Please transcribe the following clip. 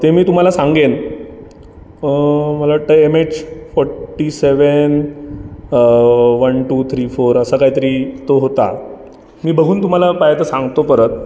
ते मी तुम्हाला सांगेन मला वाटतं आहे M H forty seven one two three four असं काहीतरी तो होता मी बघून तुम्हाला पाहिजे तर सांगतो परत